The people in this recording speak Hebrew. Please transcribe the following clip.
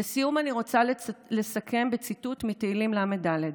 לסיום אני רוצה לסכם בציטוט מתהילים ל"ד: